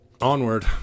Onward